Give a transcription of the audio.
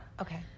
Okay